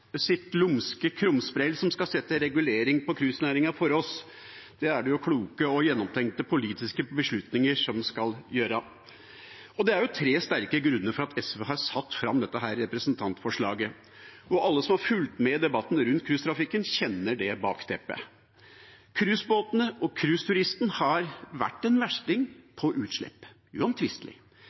som skal legge reguleringer på cruisenæringen for oss. Det er det kloke og gjennomtenkte politiske beslutninger som skal gjøre. Det er tre sterke grunner til at SV har satt fram dette representantforslaget, og alle som har fulgt med i debatten rundt cruisetrafikken, kjenner det bakteppet: Cruisebåten og cruiseturisten har vært en versting på utslipp.